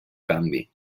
canvi